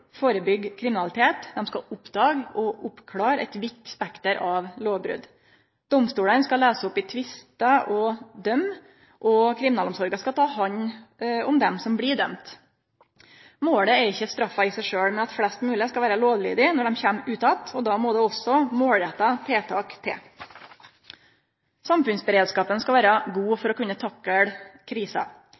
førebyggje kriminalitet, dei skal oppdage og oppklåre eit vidt spekter av lovbrot. Domstolane skal løyse opp i tvistar og dømme, og kriminalomsorga skal ta hand om dei som blir dømde. Målet er ikkje straffa i seg sjølv, men at flest mogleg skal vere lovlydige når dei kjem ut att, og då må det også målretta tiltak til. Samfunnsberedskapen skal vere god for å kunne